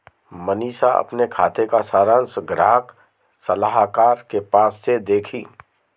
मनीषा अपने खाते का सारांश ग्राहक सलाहकार के पास से देखी